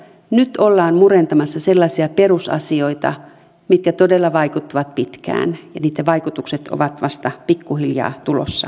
nyt ollaan murentamassa sellaisia perusasioita mitkä todella vaikuttavat pitkään ja niitten vaikutukset ovat vasta pikkuhiljaa tulossa esiin